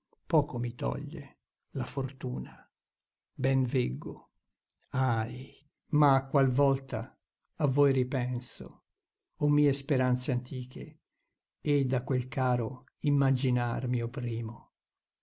poco mi toglie la fortuna ben veggo ahi ma qualvolta a voi ripenso o mie speranze antiche ed a quel caro immaginar mio primo